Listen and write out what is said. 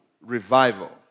revival